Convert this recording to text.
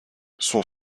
son